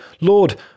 Lord